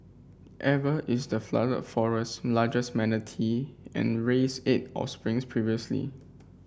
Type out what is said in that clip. Eva is the Flooded Forest's largest manatee and raised eight offspring previously